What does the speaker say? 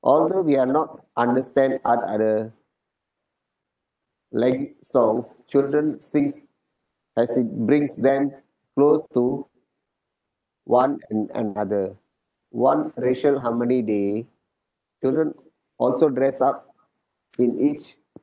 although we are not understand art other lang~ songs children sings as it brings them close to one and another one racial harmony day children also dress up in each